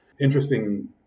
Interesting